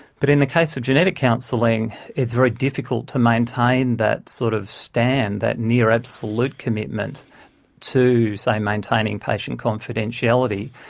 but in the case of genetic counselling it's very difficult to maintain that sort of stand, that near absolute commitment to, say, maintaining patient confidentiality,